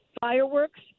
fireworks